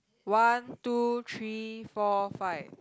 one two three four five